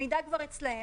המידע כבר אצלם.